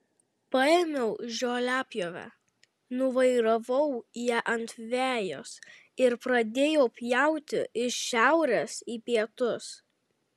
paėmiau žoliapjovę nuvairavau ją ant vejos ir pradėjau pjauti iš šiaurės į pietus